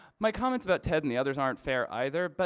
my comments about ted and the others aren't fair either, but